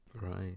Right